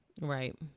right